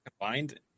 combined